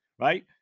right